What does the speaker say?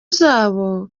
zabyo